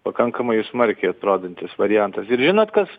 pakankamai smarkiai atrodantis variantas ir žinot kas